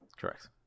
Correct